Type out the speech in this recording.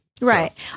Right